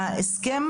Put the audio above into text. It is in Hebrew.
ההסכם